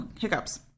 hiccups